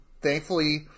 thankfully